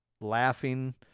laughing